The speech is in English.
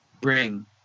bring